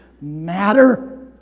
matter